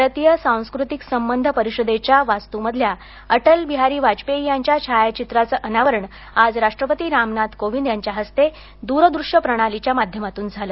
भारतीय सांस्कृतिक संबध परिषदेच्या वास्तूमधल्या अटलबिहारी वाजपेयी यांच्या छायाचित्राचं अनावरण आज राष्ट्रपती रामनाथ कोविंद यांच्या हस्ते दुरदृष्य प्रणालीच्या माध्यमातून झालं